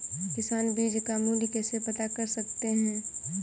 किसान बीज का मूल्य कैसे पता कर सकते हैं?